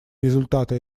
результаты